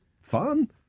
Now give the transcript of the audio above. fun